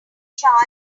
charge